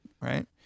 right